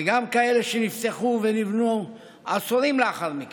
גם לכאלה שנפתחו ונבנו עשורים לאחר מכן,